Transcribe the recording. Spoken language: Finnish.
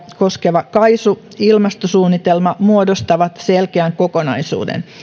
koskeva kaisu ilmastosuunnitelma muodostavat selkeän kokonaisuuden